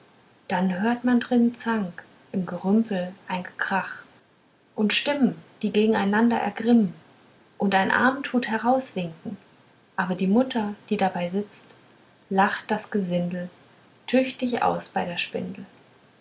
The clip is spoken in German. dann hört man drin zank im gerümpel ein gekrach und stimmen die gegeneinander ergrimmen und ein arm tut herauswinken aber die mutter die dabei sitzt lacht das gesindel tüchtig aus bei der spindel